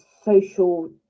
social